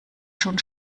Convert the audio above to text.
schon